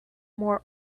more